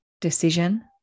decision